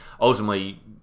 ultimately